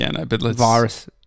virus